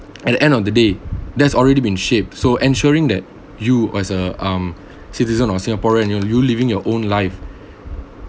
at the end of the day that's already been shaped so ensuring that you as a um citizen of singaporean you will you living your own life